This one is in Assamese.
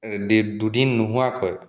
দুদিন নোহোৱাকৈ